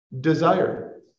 desire